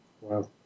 Wow